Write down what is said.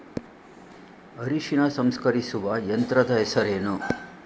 ಅರಿಶಿನ ಸಂಸ್ಕರಿಸುವ ಯಂತ್ರದ ಹೆಸರೇನು?